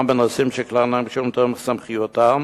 בנושאים שכלל אינם קשורים לתחום סמכויותיהם,